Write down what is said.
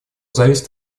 зависит